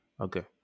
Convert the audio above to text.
Okay